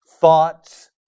thoughts